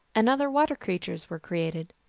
and other water creatures were created.